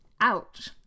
Ouch